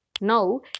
Now